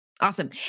Awesome